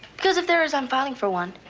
because if there is i'm filing for one.